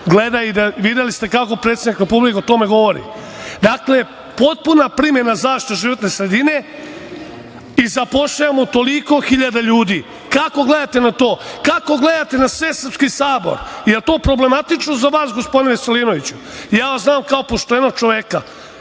gleda i videli ste kako predsednik Republike o tome govori. Dakle, potpuna primena zaštite životne sredine i zapošljavamo toliko hiljada ljudi. Kako gledate na to? Kako gledate na Svesrpski sabor? Da li je to problematično za vas, gospodine Veselinoviću? Ja vas znam kao poštenog čoveka,